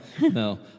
no